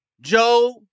Joe